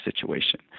situation